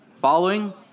following